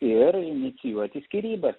ir inicijuoti skyrybas